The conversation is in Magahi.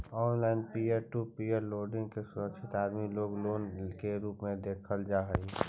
online peer to peer lending के असुरक्षित आदमी लोग लोन के रूप में देखल जा हई